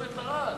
בצומת ערד.